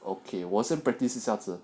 okay 我是 practice 一下子